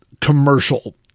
commercial